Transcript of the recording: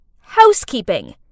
Housekeeping